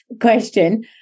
question